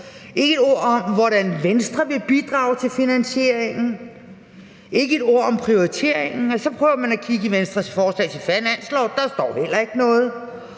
ikke et ord om, hvordan Venstre vil bidrage til finansieringen, ikke et ord om prioriteringen. Og så prøver man at kigge i Venstres forslag til finanslov, og der står heller ikke noget.